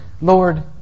Lord